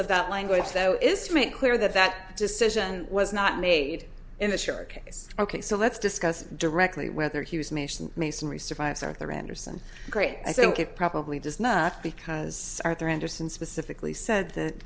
of that language though is to make clear that that decision was not made in the shark case ok so let's discuss directly whether he was made masonry survives arthur andersen great i think it probably does not because arthur andersen specifically said th